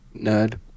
nerd